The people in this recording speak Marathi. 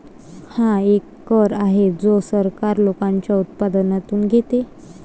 हा एक कर आहे जो सरकार लोकांच्या उत्पन्नातून घेते